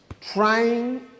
trying